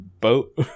boat